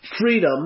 freedom